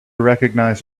recognize